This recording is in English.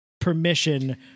permission